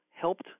helped